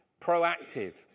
proactive